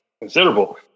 considerable